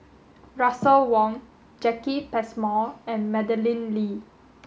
Russel Wong Jacki Passmore and Madeleine Lee